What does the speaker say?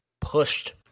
pushed